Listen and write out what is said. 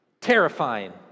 Terrifying